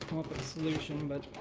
solution, but